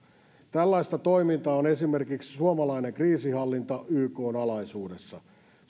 tällaista toimintaa on esimerkiksi suomalainen kriisinhallinta ykn alaisuudessa